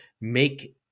make